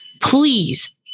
please